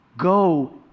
Go